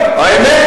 האמת?